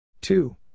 Two